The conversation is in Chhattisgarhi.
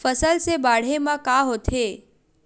फसल से बाढ़े म का होथे?